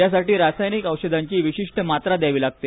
यासाठी रासायनिक औषधांची विशिष्ट मात्रा द्यावी लागते